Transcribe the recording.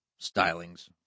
stylings